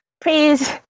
please